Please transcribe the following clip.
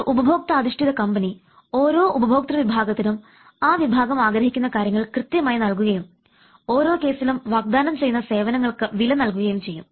ഒരു ഉപഭോക്താധിഷ്ഠിത കമ്പനി ഓരോ ഉപഭോക്ത്യ വിഭാഗത്തിനും ആ വിഭാഗം ആഗ്രഹിക്കുന്ന കാര്യങ്ങൾ കൃത്യമായി നൽകുകയും ഓരോ കേസിലും വാഗ്ദാനം ചെയ്യുന്ന സേവനങ്ങൾക്ക് വില നൽകുകയും ചെയ്യും